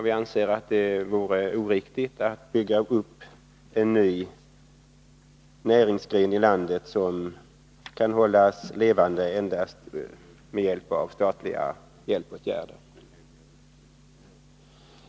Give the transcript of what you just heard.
Vi anser att det vore oriktigt att bygga upp en näringsgren i landet som kan hållas levande endast med hjälp av statliga hjälpåtgärder.